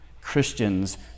Christians